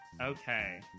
Okay